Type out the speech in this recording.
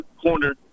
corner